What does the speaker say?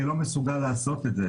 אני לא מסוגל לעשות את זה.